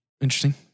Interesting